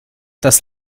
das